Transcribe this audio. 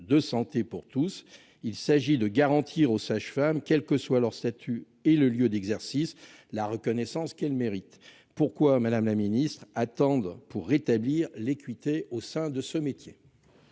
de santé pour tous. Il s'agit de garantir aux sages-femmes, quels que soient leur statut et leur lieu d'exercice, la reconnaissance qu'elles méritent. Pourquoi, madame la ministre, attendre pour rétablir l'équité au sein du métier ?